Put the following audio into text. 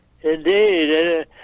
Indeed